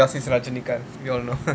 rajinikanth we all know